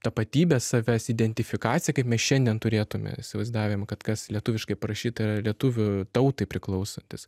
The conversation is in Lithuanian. tapatybės savęs identifikacija kaip mes šiandien turėtumėme įsivaizdavimą kad kas lietuviškai parašyta lietuvių tautai priklausantis